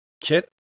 Kit